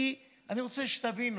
כי אני רוצה שתבינו: